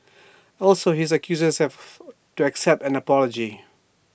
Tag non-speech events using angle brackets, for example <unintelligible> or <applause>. also his accusers <unintelligible> to accept an apology